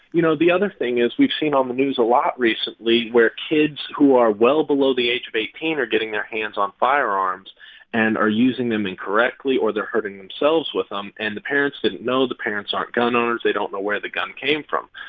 you know, the other thing is we've seen on the news a lot recently where kids who are well below the age of eighteen are getting their hands on firearms and are using them incorrectly. or they're hurting themselves with them. and the parents didn't know. the parents aren't gun owners. they don't know where the gun came from.